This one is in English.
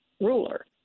ruler